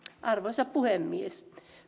arvoisa puhemies